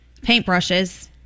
Paintbrushes